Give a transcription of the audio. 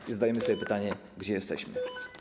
I zadajemy sobie pytanie: Gdzie jesteśmy?